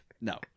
No